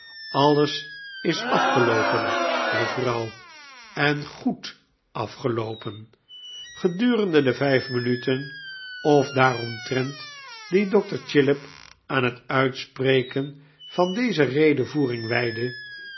alles is afgeloopen mevrouw en goed afgeloopen ge durende de vijf minuten of daaromtrent die dokter chillip aan het uitspreken van deze redevoering wijdde